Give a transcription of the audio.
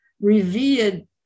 revered